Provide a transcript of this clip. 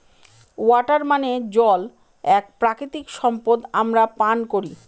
water মানে জল এক প্রাকৃতিক সম্পদ আমরা পান করি